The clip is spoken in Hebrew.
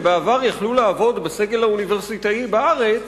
שבעבר יכלו לעבוד בסגל האוניברסיטאי בארץ,